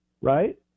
Right